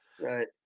Right